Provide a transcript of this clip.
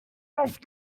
oft